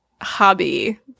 hobby